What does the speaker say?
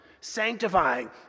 sanctifying